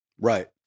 Right